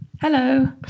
Hello